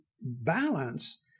balance